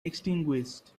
extinguished